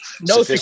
no